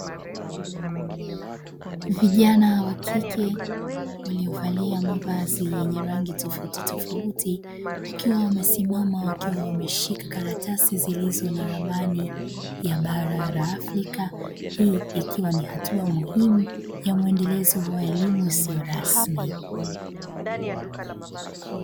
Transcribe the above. Vijana wa kike waliovalia mavazi yenye rangi tofautitofauti wakiwa wamesimama wakiwa wameshika karatasi zilizo na ramani ya bara la Afrika, hii ikiwa ni hatua muhimu ya muendelezo wa elimu isiyo rasmi.